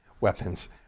weapons